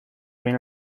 bien